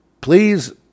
Please